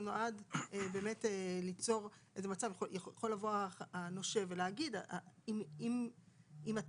יכול לבוא הנושה לבוא ולהגיד אם אתה